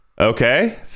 okay